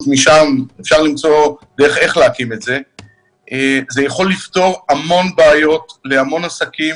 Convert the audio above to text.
משם זה יכול לפתור המון בעיות להמון עסקים